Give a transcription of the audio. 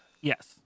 Yes